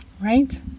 Right